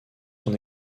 son